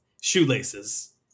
Shoelaces